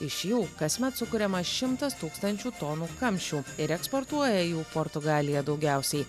iš jų kasmet sukuriama šimtas tūkstančių tonų kamščių ir eksportuoja jų portugalija daugiausiai